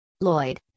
Lloyd